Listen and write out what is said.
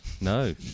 No